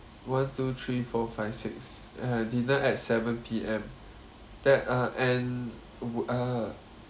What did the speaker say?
one two three four five six uh dinner at seven P_M that uh and uh